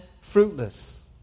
fruitless